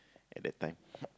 at that time